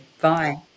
bye